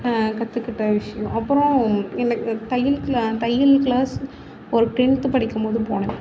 கற்றுக்கிட்ட விஷயம் அப்புறம் தையல் தையல் கிளாஸ் ஒரு டென்த்து படிக்கும்போது போனேன்